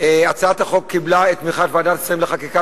הצעת החוק קיבלה את תמיכת ועדת השרים לחקיקה